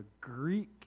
Greek